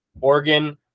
Oregon